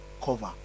cover